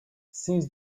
since